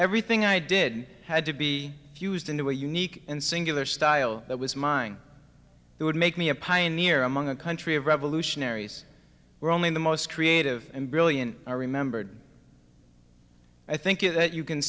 everything i did had to be fused into a unique and singular style that was mine that would make me a pioneer among a country of revolutionaries where only the most creative and brilliant are remembered i think if you can